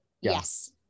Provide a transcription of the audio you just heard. Yes